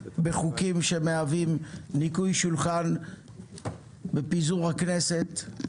בחוקים שמהווים ניקוי שולחן עם פיזור הכנסת,